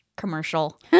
commercial